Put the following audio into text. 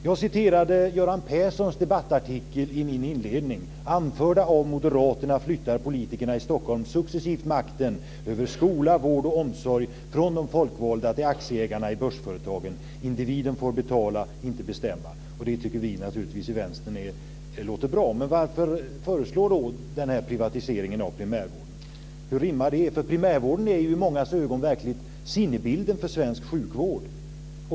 Jag citerade i min inledning Göran Perssons debattartikel: Anförda av Moderaterna flyttar politikerna i Stockholm successivt makten över skola, vård och omsorg från de folkvalda till aktieägarna i börsföretagen. Individen får betala, inte bestämma. Vi i Vänstern tycker naturligtvis att det låter bra. Men varför då föreslå den här privatiseringen av primärvården? Primärvården är ju i mångas ögon sinnebilden för svensk sjukvård.